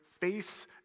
face